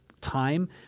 time